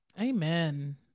amen